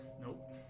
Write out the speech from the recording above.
Nope